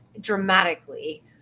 dramatically